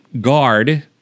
guard